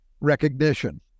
Recognition